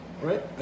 Right